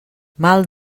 mal